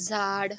झाड